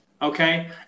Okay